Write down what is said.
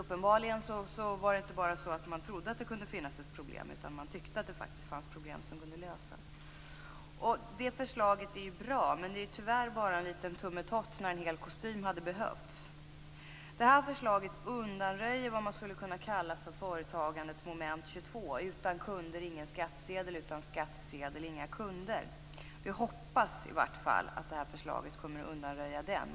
Uppenbarligen trodde man inte bara att det kunde finnas ett problem, utan tyckte faktiskt att det fanns problem som kunde lösas. Det förslaget är bra, men det är tyvärr bara en liten tummetott. Det hade behövts en hel kostym. Förslaget undanröjer vad man skulle kunna kalla för företagandets moment 22 - utan kunder ingen skattsedel, utan skattsedel inga kunder. Vi hoppas att förslaget kommer att undanröja det problemet.